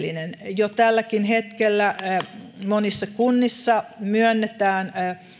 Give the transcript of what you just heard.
jo tälläkin hetkellä monissa kunnissa myönnetään